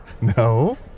No